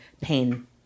pain